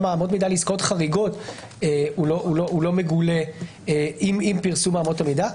אמות המידה לעסקאות חריגות הוא לא מגולה עם פרסום אמות המידה.